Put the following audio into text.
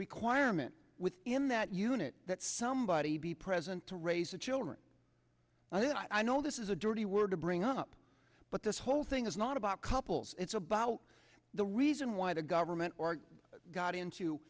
requirement with in that unit that somebody be present to raise the children and i know this is a dirty word to bring up but this whole thing is not about couples it's about the reason why the government or got into